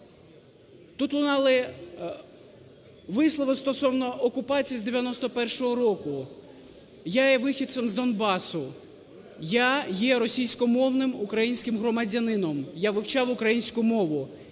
Тут лунали вислови стосовно окупації з 91-го року. Я є вихідцем з Донбасу, я є російськомовним українським громадянином, я вивчав українську мову,